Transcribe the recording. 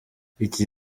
iki